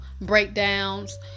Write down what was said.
breakdowns